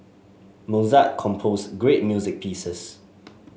Mozart composed great music pieces